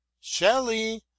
Shelley